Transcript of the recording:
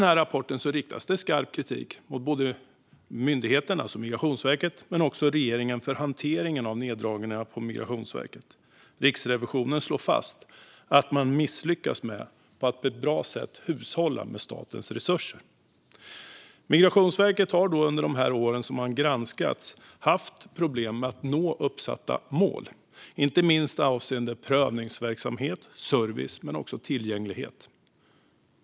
I rapporten riktas skarp kritik mot både Migrationsverket och regeringen för hanteringen av neddragningarna på Migrationsverket. Riksrevisionen slår fast att man har misslyckats med att på ett bra sätt hushålla med statens resurser. Migrationsverket har under de år som man har granskats haft problem med att nå uppsatta mål, inte minst avseende prövningsverksamhet, service och tillgänglighet.